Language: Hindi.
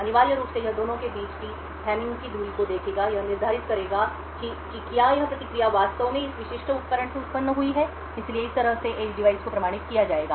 अनिवार्य रूप से यह दोनों के बीच हेमिंग की दूरी को देखेगा और यह निर्धारित करेगा कि क्या यह प्रतिक्रिया वास्तव में इस विशिष्ट उपकरण से उत्पन्न हुई है इसलिए इस तरह से एज डिवाइस को प्रमाणित किया जाएगा